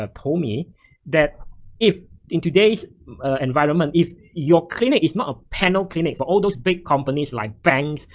ah told me that if in today's environment if your clinic is not a panel clinic for all those big companies like banks,